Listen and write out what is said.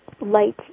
light